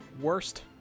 Worst